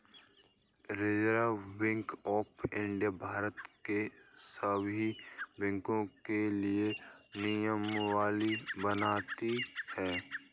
reserve bank of India Bharat के सभी बैंकों के लिए नियमावली बनाती है